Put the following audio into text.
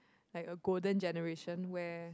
like a golden generation where